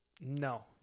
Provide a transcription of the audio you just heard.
No